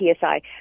PSI